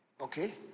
Okay